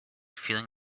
feeling